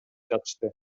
жатышты